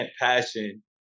passion